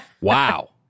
Wow